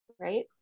right